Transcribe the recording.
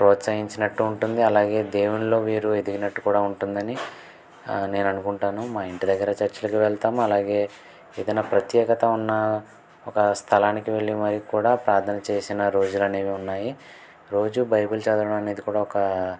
ప్రోత్సహించినట్టు ఉంటుంది అలాగే దేవునిలో వీరు ఎదిగినట్టు కూడా ఉంటుందని నేను అనుకుంటాను మా ఇంటి దగ్గర చర్చ్లకి వెళ్తాము అలాగే ఏదైనా ప్రత్యేకత ఉన్న ఒక స్థలానికి వెళ్ళి మరీ కూడా ప్రార్థన చేసిన రోజులనేవి ఉన్నాయి రోజూ బైబిల్ చదవడం అనేది కూడా ఒక